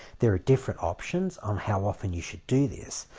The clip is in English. there are differing opinions on how often you should do this,